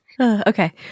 Okay